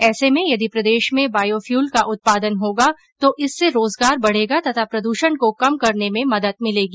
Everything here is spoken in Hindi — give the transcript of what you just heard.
ऐसे में यदि प्रदेश में बायोफ़यूल का उत्पादन होगा तो इससे रोजगार बढेगा तथा प्रदूषण को कम करने में मदद मिलेगी